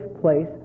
place